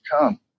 come